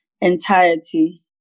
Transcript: entirety